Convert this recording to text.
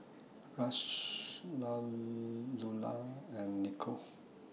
Rush Lulah and Nico